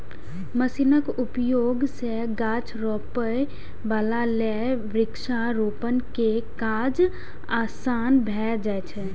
मशीनक उपयोग सं गाछ रोपै बला लेल वृक्षारोपण के काज आसान भए जाइ छै